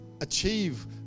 achieve